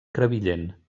crevillent